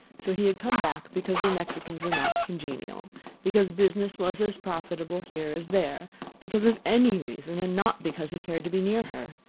so he had come back because the mexicans were not congenial because business was as profitable here as there because of any reason, and not because he cared to be near her.